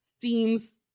seems